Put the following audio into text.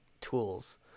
tools